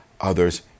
others